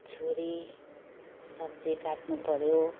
छुरी सब्जी काट्नुपऱ्यो